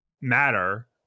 matter